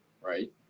right